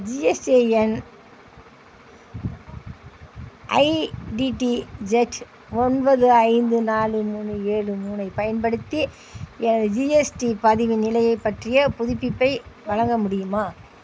GSTIN I D D Z ஒன்பது ஐந்து நாலு மூணு ஏழு மூணை பயன்படுத்தி எனது ஜிஎஸ்டி பதிவின் நிலையைப் பற்றிய புதுப்பிப்பை வழங்க முடியுமா